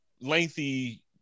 lengthy